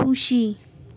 खुसी